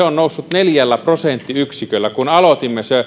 on noussut neljällä prosenttiyksiköllä kun aloitimme